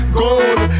gold